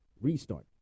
restart